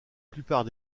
plupart